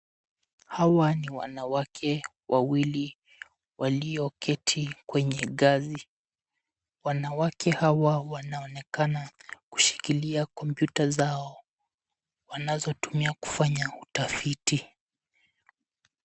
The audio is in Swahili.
Hawa ni wanawake wawili walioketi kwenye ngazi. Wanawake hawa wanaonekana kushikilia kompyuta zao wanazotumia kufanya utafiti.